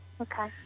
okay